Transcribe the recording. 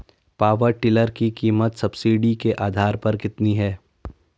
Power tiller की कीमत subsidy के आधार पर कितनी है?